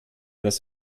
das